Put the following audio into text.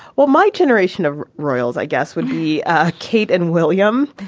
well, my generation of royals, i guess, would be ah kate and william.